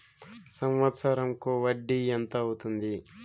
సంవత్సరం కు వడ్డీ ఎంత అవుతుంది?